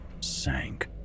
sank